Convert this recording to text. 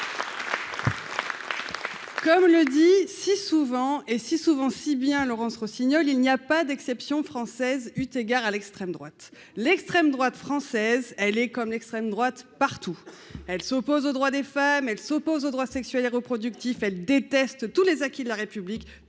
Comme le dit si souvent et si souvent si bien Laurence Rossignol, il n'y a pas d'exception française, eut égard à l'extrême droite, l'extrême droite française, elle est comme l'extrême droite partout, elle s'oppose aux droits des femmes, elles s'opposent aux droits sexuels et reproductifs elle déteste tous les acquis de la République